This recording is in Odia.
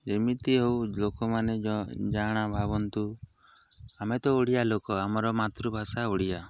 ଯେମିତି ହଉ ଲୋକମାନେ ଜାଣା ଭାବନ୍ତୁ ଆମେ ତ ଓଡ଼ିଆ ଲୋକ ଆମର ମାତୃଭାଷା ଓଡ଼ିଆ